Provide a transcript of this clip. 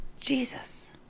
Jesus